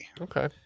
Okay